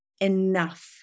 enough